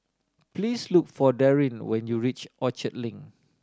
please look for Daryn when you reach Orchard Link